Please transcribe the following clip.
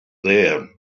there